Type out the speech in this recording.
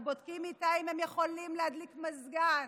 או בודקים איתה אם הם יכולים להדליק מזגן,